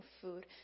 food